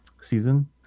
season